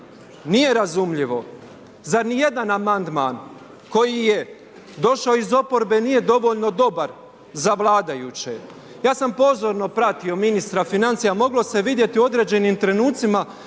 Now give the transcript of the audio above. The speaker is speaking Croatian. nije razumljivo, zar ni jedan amandman, koji je došao iz oporbe nije dovoljno dobar za vladajuće? Ja sam pozorno pratio ministra financija, moglo se je vidjeti u određenim trenucima